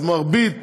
אז מרבית